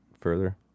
further